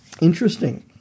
interesting